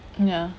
ah ya